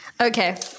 Okay